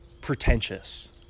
pretentious